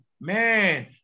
Man